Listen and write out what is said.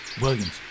Williams